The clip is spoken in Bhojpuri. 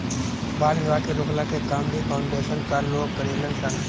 बाल विवाह के रोकला के काम भी फाउंडेशन कअ लोग करेलन सन